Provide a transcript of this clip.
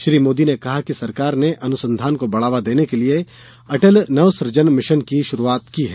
श्री मोदी ने कहा कि सरकार ने अनुसंधान को बढ़ावा देने के लिए अटल नव सृजन मिशन की शुरूआत की है